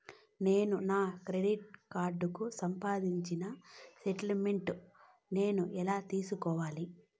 నేను నా క్రెడిట్ కార్డుకు సంబంధించిన స్టేట్ స్టేట్మెంట్ నేను ఎలా తీసుకోవాలి?